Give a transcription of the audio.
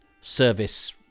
service